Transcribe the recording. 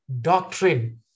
doctrine